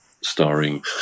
starring